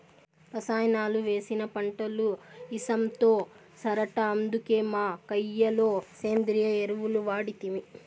రసాయనాలు వేసిన పంటలు ఇసంతో సరట అందుకే మా కయ్య లో సేంద్రియ ఎరువులు వాడితిమి